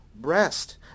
breast